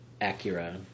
Acura